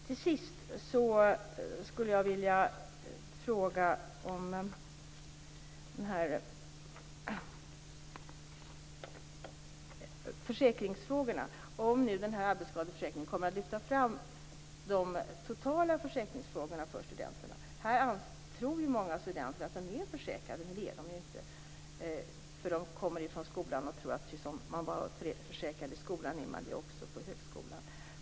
Till sist vill jag ta upp försäkringsfrågorna. Kommer arbetsskadeförsäkringen att lyfta fram de totala försäkringsfrågorna för studenterna? Många studenter tror att de är försäkrade, men de är inte det. De kommer från skolan och tror att precis som man var försäkrad där är man det också på högskolan.